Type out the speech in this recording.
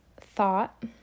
thought